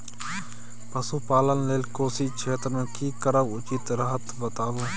पशुपालन लेल कोशी क्षेत्र मे की करब उचित रहत बताबू?